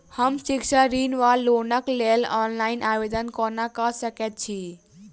हम शिक्षा ऋण वा लोनक लेल ऑनलाइन आवेदन कोना कऽ सकैत छी?